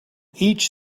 each